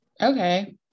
Okay